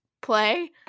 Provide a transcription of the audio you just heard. play